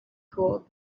called